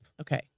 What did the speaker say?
Okay